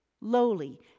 lowly